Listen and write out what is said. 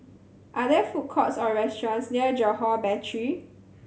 are there food courts or restaurants near Johore Battery